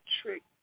trick